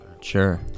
Sure